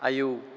आयौ